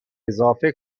اضافه